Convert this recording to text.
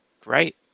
great